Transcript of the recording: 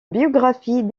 biographie